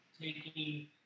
taking